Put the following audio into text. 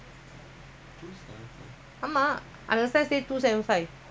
ah mah